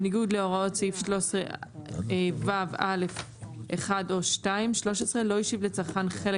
בניגוד להוראות סעיף 13ו(א)(1) או (2); 13.לא השיב לצרכן חלק